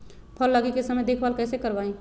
फल लगे के समय देखभाल कैसे करवाई?